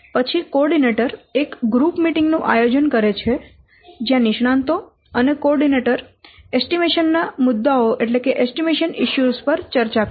પછી કોઓર્ડિનેટર એક group meeting નું આયોજન કરે છે જયાં નિષ્ણાંતો અને કોઓર્ડિનેટર એસ્ટિમેશન ના મુદ્દાઓ પર ચર્ચા કરે છે